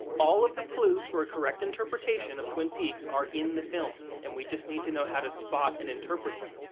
all of the clues for a correct interpretation of twin peaks are in the film and we just need to know how to spot and interpret them.